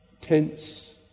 tense